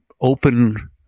open